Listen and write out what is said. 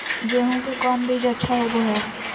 गेंहू के कौन बीज अच्छा होबो हाय?